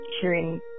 hearing